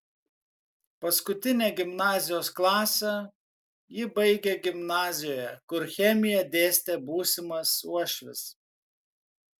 paskutinę gimnazijos klasę ji baigė gimnazijoje kur chemiją dėstė būsimas uošvis